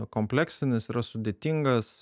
kompleksinis yra sudėtingas